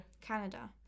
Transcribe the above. Canada